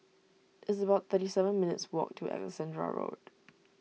it's about thirty seven minutes' walk to Alexandra Road